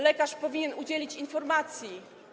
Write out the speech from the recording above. Lekarz powinien udzielić informacji.